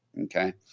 Okay